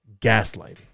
gaslighting